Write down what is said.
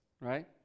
right